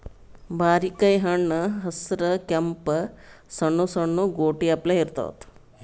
ಬಾರಿಕಾಯಿ ಹಣ್ಣ್ ಹಸ್ರ್ ಕೆಂಪ್ ಸಣ್ಣು ಸಣ್ಣು ಗೋಟಿ ಅಪ್ಲೆ ಇರ್ತವ್